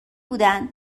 بودن